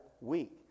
week